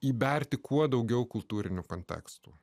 įberti kuo daugiau kultūrinių kontekstų